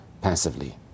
passively